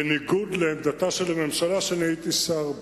בניגוד לעמדתה של הממשלה שהייתי שר בה,